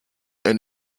and